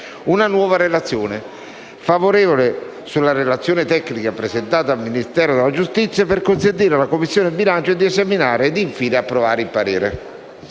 una nuova relazione, favorevole, sulla relazione tecnica presentata dal Ministero della giustizia, per consentire alla Commissione bilancio di esaminare ed infine approvare il parere.